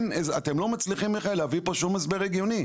אתם לא מצליחים בכלל להביא פה שום הסבר הגיוני.